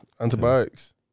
Antibiotics